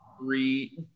three